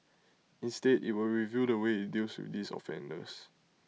instead IT will review the way IT deals with these offenders